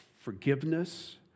forgiveness